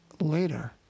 later